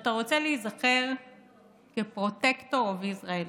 שאתה רוצה להיזכר כ-protector of Israel.